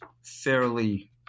fairly